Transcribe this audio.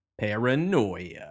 paranoia